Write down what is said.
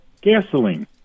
Gasoline